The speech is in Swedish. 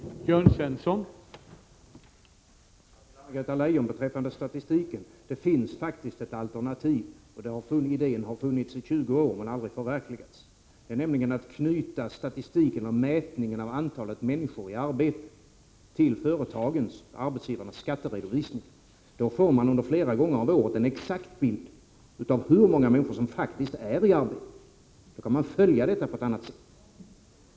Herr talman! Till Anna-Greta Leijon beträffande statistiken: Det finns faktiskt ett alternativ, och den idén har funnits i 20 år men aldrig förverkligats. Det är att knyta mätningen av antalet människor i arbete till arbetsgivarnas skatteredovisning. Då får man flera gånger under året en exakt bild av hur många människor som faktiskt är i arbete och kan följa detta på ett annat sätt.